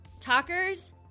Talker's